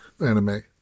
anime